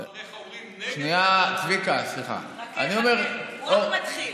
כמו, אומרים נגד, חכה, חכה, הוא רק מתחיל.